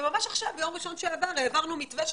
וממש עכשיו ביום ראשון שעבר העברנו מתווה,